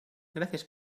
gracias